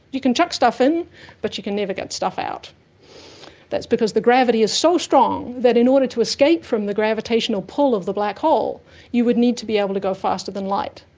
you can chuck stuff in but you can never get stuff out, and that's because the gravity is so strong than in order to escape from the gravitational pull of the black hole you would need to be able to go faster than light,